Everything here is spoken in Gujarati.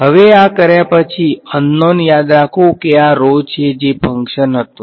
હવે આ કર્યા પછી અન નોન યાદ રાખો કે આ rho જે એક ફંક્શન હતું